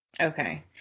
Okay